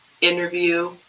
interview